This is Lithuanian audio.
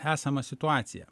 esamą situaciją